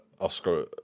oscar